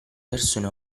persone